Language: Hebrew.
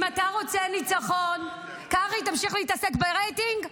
אם אתה רוצה ניצחון, קרעי, תמשיך להתעסק ברייטינג?